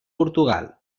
portugal